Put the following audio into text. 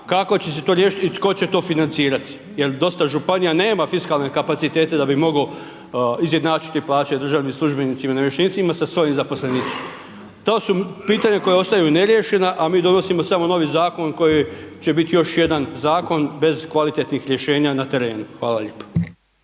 kako će se to riješiti i tko će to financirati, jer dosta županija nema fiskalne kapacitete da bi mogo izjednačiti plaće državnim službenicima i namještenicima sa svojim zaposlenicima. To su pitanja koja ostaju ne riješena, a mi donosimo samo novi zakon koji će biti još jedan zakon bez kvalitetnih rješenja na terenu. Hvala lijepo.